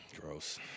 Gross